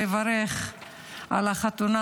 לברך על החתונה,